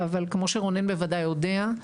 אבל כמו שרונן בוודאי יודע,